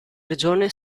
regione